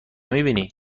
میبینی